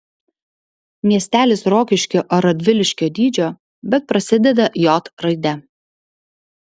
miestelis rokiškio ar radviliškio dydžio bet prasideda j raide